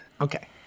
Okay